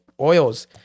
oils